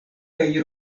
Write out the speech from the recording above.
kaj